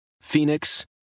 Phoenix